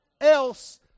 else